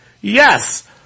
Yes